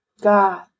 God